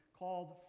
called